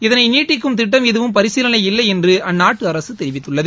இதனைநீட்டிக்கும் திட்டம் எதுவும் பரிசீலனையில் இல்லைஎன்றுஅந்நாட்டுஅரசுதெரிவித்துள்ளது